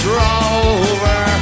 Rover